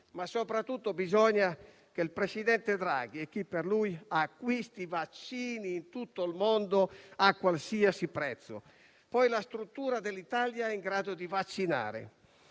Soprattutto occorre che il presidente Draghi - o chi per lui - acquisti vaccini in tutto il mondo a qualsiasi prezzo. Poi la struttura dell'Italia è in grado di vaccinare.